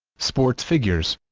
sports figures